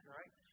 right